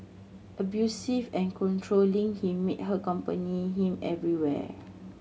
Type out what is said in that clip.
abusive and controlling he made her accompany him everywhere